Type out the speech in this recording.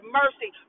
mercy